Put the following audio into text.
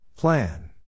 Plan